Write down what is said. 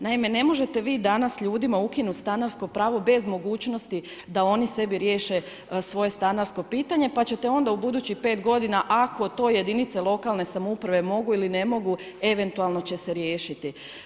Naime, ne možete vi danas ljudima ukinuti stanarsko pravo bez mogućnosti da oni sebi riješe svoje stanarsko pitanje, pa ćete onda u budućih 5 godina, ako to jedinice lokalne samouprave mogu ili ne mogu eventualno će se riješiti.